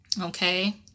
Okay